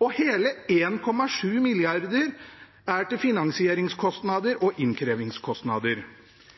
og hele 1,7 mrd. kr er til finansieringskostnader og innkrevingskostnader.